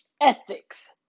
ethics